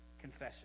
confession